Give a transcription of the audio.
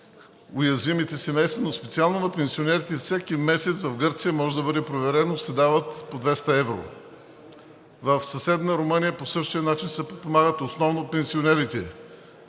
уязвимите семейства? Специално на пенсионерите всеки месец в Гърция – може да бъде проверено – се дават по 200 евро. В съседна Румъния по същия начин се подпомагат основно пенсионерите.